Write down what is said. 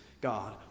God